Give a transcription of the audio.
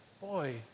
boy